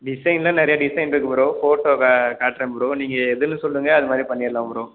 டிசைன்லாம் நிறைய டிசைன் இருக்குது ப்ரோ ஃபோட்டோ கா காட்டுறேன் ப்ரோ நீங்கள் எதுன்னு சொல்லுங்கள் அது மாதிரி பண்ணிடலாம் ப்ரோ